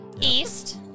east